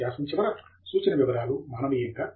వ్యాసం చివర సూచన వివరాలు మానవీయంగా